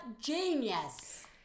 genius